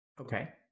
okay